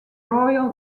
royal